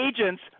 agents